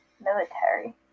military